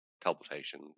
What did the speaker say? teleportation